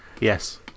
Yes